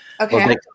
Okay